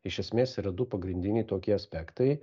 iš esmės yra du pagrindiniai tokie aspektai